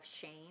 shame